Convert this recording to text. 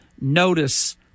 notice